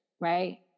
right